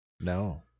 No